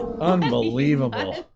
Unbelievable